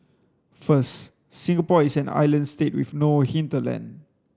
first Singapore is an island state with no hinterland